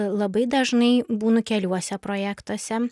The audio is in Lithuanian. labai dažnai būnu keliuose projektuose